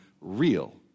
real